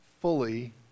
fully